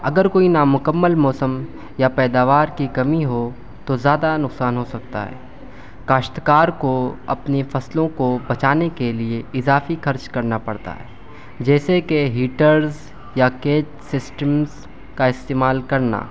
اگر کوئی نامکمل موسم یا پیداوار کی کمی ہو تو زیادہ نقصان ہو سکتا ہے کاشتکار کو اپنی فصلوں کو بچانے کے لیے اضافی خرچ کرنا پڑتا ہے جیسے کہ ہیٹرس یا کیت سسٹمس کا استعمال کرنا